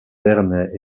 vernet